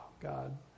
God